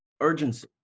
Urgency